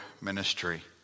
ministry